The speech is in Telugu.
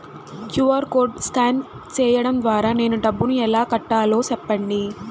క్యు.ఆర్ కోడ్ స్కాన్ సేయడం ద్వారా నేను డబ్బును ఎలా కట్టాలో సెప్పండి?